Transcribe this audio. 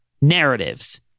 narratives